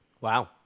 Wow